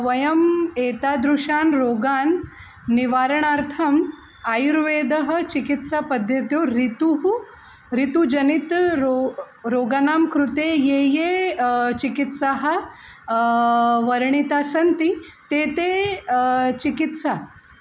वयम् एतादृशान् रोगान् निवारणार्थम् आयुर्वेदः चिकित्सापद्धत्याम् ऋतुः ऋतुजनिताः रो रोगाणां कृते याः याः चिकित्साः वर्णिता सन्ति ताः ताः चिकित्साः